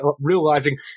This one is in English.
realizing